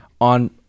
on